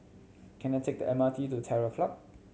can I take the M R T to Terror Club